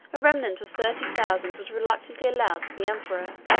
a remnant of thirty thousand was reluctantly allowed to the emperor.